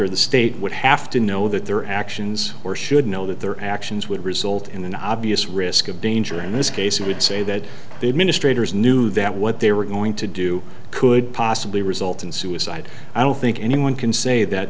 actor the state would have to know that their actions or should know that their actions would result in an obvious risk of danger in this case and would say that the administration is knew that what they were going to do could possibly result in suicide i don't think anyone can say that